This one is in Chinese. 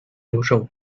留守